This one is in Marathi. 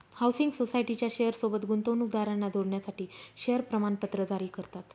हाउसिंग सोसायटीच्या शेयर सोबत गुंतवणूकदारांना जोडण्यासाठी शेअर प्रमाणपत्र जारी करतात